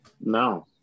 No